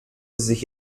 sich